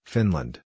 Finland